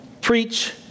preach